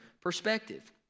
perspective